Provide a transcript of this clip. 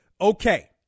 Okay